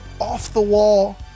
off-the-wall